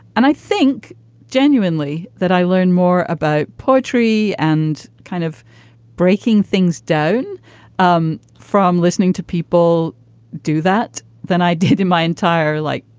and i think genuinely that i learned more about poetry and kind of breaking things down um from listening to people do that than i did in my entire like